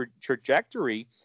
trajectory